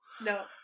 No